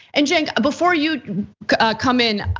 and cenk, before you come in,